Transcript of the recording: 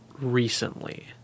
recently